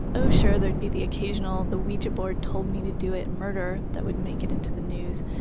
oh, sure there'd be the occasional, the ouija board told me to do it murder that would make it into the news,